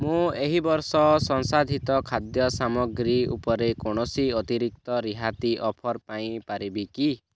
ମୁଁ ଏହି ବର୍ଷ ସଂସାଧିତ ଖାଦ୍ୟ ସାମଗ୍ରୀ ଉପରେ କୌଣସି ଅତିରିକ୍ତ ରିହାତି ଅଫର୍ ପାଇ ପାରିବି କି